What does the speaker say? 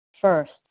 First